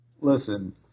Listen